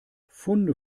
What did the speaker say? funde